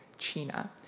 China